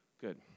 Good